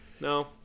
No